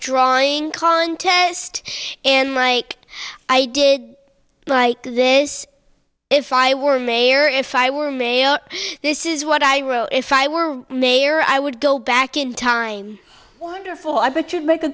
drawing contest and like i did like this if i were mayor if i were male this is what i wrote if i were mayor i would go back in time wonderful arbitron make a